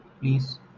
please